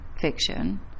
fiction